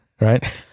right